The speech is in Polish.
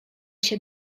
się